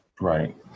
Right